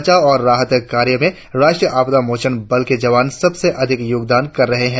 बचाव और राहत कार्यो में राष्ट्रीय आपदा मोचन बल के जवान सबसे अधिक योगदान कर रहे है